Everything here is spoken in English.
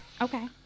Okay